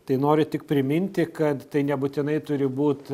tai noriu tik priminti kad tai nebūtinai turi būt